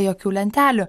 jokių lentelių